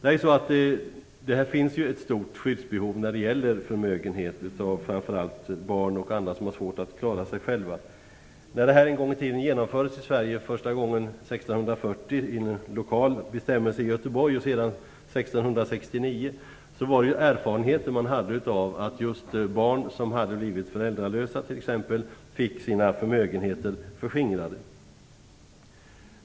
När det gäller förmögenhet finns det ju ett stort skyddsbehov av barn och andra som har svårt att klara sig själva. När detta en gång i tiden genomfördes i Sverige - första gången i en lokal bestämmelse 1640 i Göteborg och mera allmänt år 1649 - utgick man från erfarenheter av att barn som t.ex. blivit föräldralösa fått sina förmögenheter förskingrade.